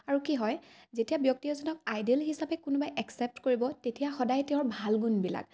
আৰু কি হয় যেতিয়া ব্যক্তি এজনক আইডেল হিচাপে কোনোবাই একচেপ্ট কৰিব তেতিয়া সদায় তেওঁৰ ভাল গুণবিলাক